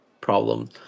problem